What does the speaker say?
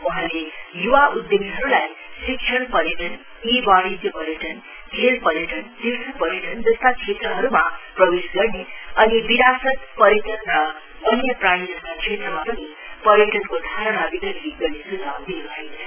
वहाँले य्वा उधमीहरूलाई शिक्षण पर्यटन ई वाणिज्य पर्यटन खेल पर्यटन तीर्थ पर्यटन जस्ता क्षेत्रहरूमा प्रवेश गर्ने अनि विरासत पर्यटन र वन्यप्राणी जस्ता क्षेत्रमा पनि पर्यटनको धारणा विकसित गर्ने सझाउ दिनुभएको छ